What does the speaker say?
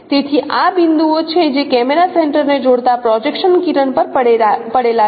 તેથી આ બિંદુઓ છે જે કેમેરા સેન્ટરને જોડતા પ્રોજેક્શન કિરણ પર પડેલા છે